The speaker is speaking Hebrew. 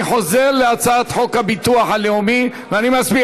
אני חוזר להצעת חוק הביטוח הלאומי ואני מסביר.